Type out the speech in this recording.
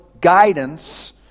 guidance